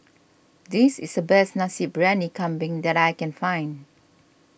this is the best Nasi Briyani Kambing that I can find